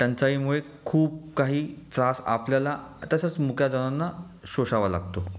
टंचाईमुळे खूप काही त्रास आपल्याला तसंच मुक्या जनावरांना सोसावा लागतो